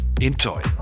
Enjoy